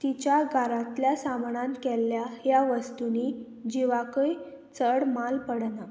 तिच्या गारांतल्या सामाणान केल्ल्या ह्या वस्तुंनी जिवाक चड माल पडना